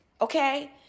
okay